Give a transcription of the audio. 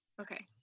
Okay